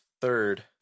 third